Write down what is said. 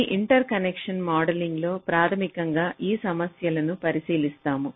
ఈ interconnection modelling లో ప్రాథమికంగా ఈ సమస్యలను పరిశీలిస్తాము